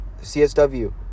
CSW